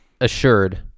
assured